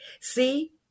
see